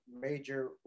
major